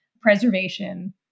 Preservation